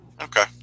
Okay